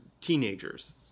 teenagers